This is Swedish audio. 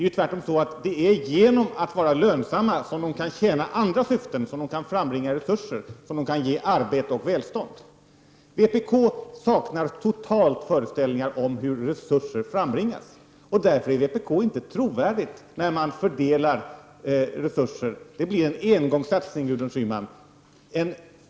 Tvärtom är det så att genom att skapa lönsamhet kan de tjäna andra syften, frambringa resurser och ge arbete och välstånd. Vpk saknar totalt föreställningar om hur resurser frambringas. Därför är inte vpk trovärdigt när man fördelar resurser. Det blir en engångssatsning, Gudrun Schyman.